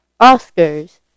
oscars